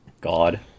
God